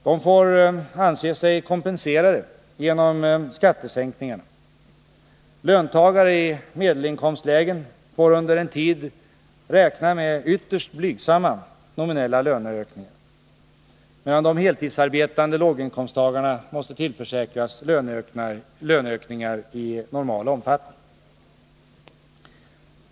De får anse sig kompenserade genom skattesänkningarna. Löntagare i medelinkomstlägen får under en tid räkna med ytterst blygsamma nominella löneökningar, medan de heltidsarbetande låginkomsttagarna måste tillförsäkras löneökningar i normal omfattning.